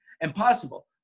impossible